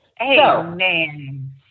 Amen